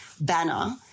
banner